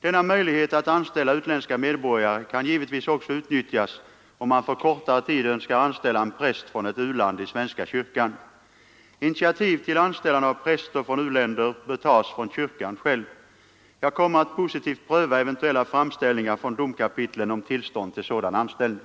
Denna möjlighet att anställa utländska medborgare kan givetvis också utnyttjas om man för kortare tid önskar anställa en präst från ett u-land i svenska kyrkan. Initiativ till anställande av präster från u-länder bör tas från kyrkan själv. Jag kommer att positivt pröva eventuella framställningar från domkapitlen om tillstånd till sådan anställning.